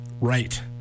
Right